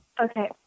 Okay